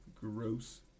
Gross